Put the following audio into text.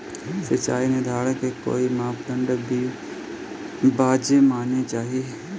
सिचाई निर्धारण के कोई मापदंड भी बा जे माने के चाही?